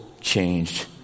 changed